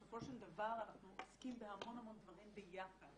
בסופו של דבר אנחנו עוסקים בהמון המון דברים ביחד.